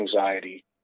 anxiety